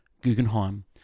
Guggenheim